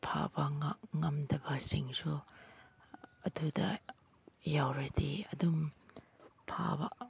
ꯐꯕ ꯉꯝꯗꯕꯁꯤꯡꯁꯨ ꯑꯗꯨꯗ ꯌꯥꯎꯔꯗꯤ ꯑꯗꯨꯝ ꯐꯕ